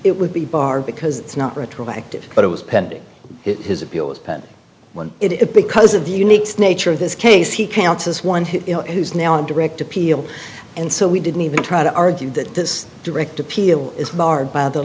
it would be barred because it's not retroactive but it was pending his appeal is pending when it because of the unique nature of this case he counts as one who's now in direct appeal and so we didn't even try to argue that this direct appeal is barred by the